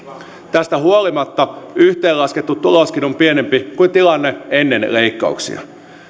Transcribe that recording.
tästä huolimatta yhteenlaskettu tuloskin on pienempi kuin tilanne ennen leikkauksia